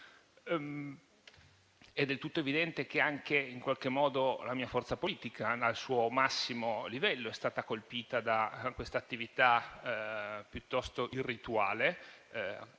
È del tutto evidente che anche la mia forza politica, al suo massimo livello, è stata colpita da quest'attività piuttosto irrituale,